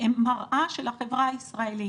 הם מראה של החברה הישראלית.